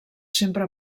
sempre